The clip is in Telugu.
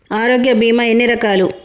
ఆరోగ్య బీమా ఎన్ని రకాలు?